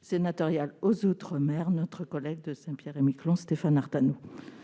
sénatoriale aux outre-mer, notre collègue de Saint-Pierre-et-Miquelon Stéphane Artano.